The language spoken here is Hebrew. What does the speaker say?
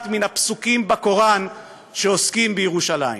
מן הפסוקים בקוראן שעוסקים בירושלים.